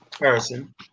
Harrison